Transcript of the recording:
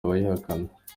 abayihakana